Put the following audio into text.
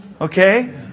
Okay